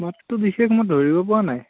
মাতটো বিশেষ মই ধৰিব পৰা নাই